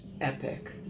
epic